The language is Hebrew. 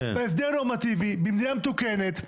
בהסדר הנורמטיבי במדינה מתוקנת,